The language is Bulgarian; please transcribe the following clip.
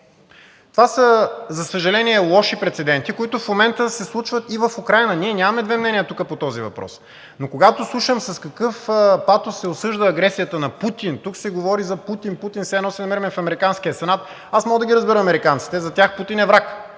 Това, за съжаление, са лоши прецеденти, които в момента се случват и в Украйна. Тук по този въпрос ние нямаме две мнения. Но когато слушам с какъв патос се осъжда агресията на Путин – тук се говори за Путин все едно се намираме в американския сенат. Аз мога да ги разбера американците – за тях Путин е враг,